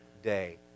day